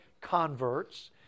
converts